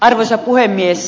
arvoisa puhemies